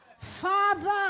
father